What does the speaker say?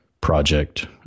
project